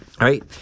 Right